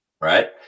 right